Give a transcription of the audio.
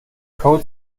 code